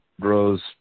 grows